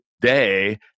day